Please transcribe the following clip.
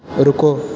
رکو